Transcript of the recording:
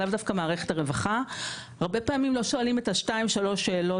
לאו דווקא מערכת הרווחה הרבה פעמים לא שואלים את שתיים שלוש השאלות